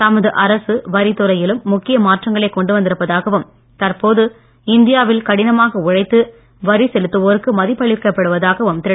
தமது அரசு வரித்துறையிலும் முக்கிய மாற்றங்களை கொண்டு வந்திருப்பதாகவும் தற்போது இந்தியாவில் கடினமாக உழைத்து வரி செலுத்துவோருக்கு மதிப்பளிக்கப்படுவதாகவும் திரு